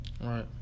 Right